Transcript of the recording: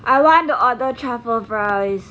I want to order truffle fries